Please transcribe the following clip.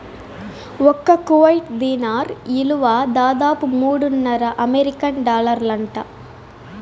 ఒక్క కువైట్ దీనార్ ఇలువ దాదాపు మూడున్నర అమెరికన్ డాలర్లంట